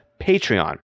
Patreon